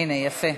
הנה, יפה,